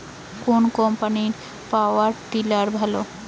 কোন কম্পানির power tiller ভালো?